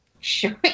Sure